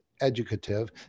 educative